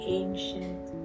ancient